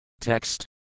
Text